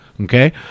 okay